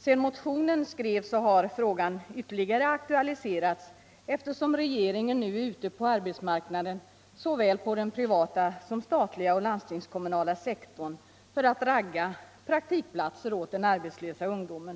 Sedan motionen skrevs har frågan ytterligare aktualiserats, eftersom regeringen nu är ute på arbetsmarknaden såväl på den privata som på den statliga och landstingskommunala sektorn för att ragga praktikplatser